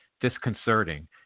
disconcerting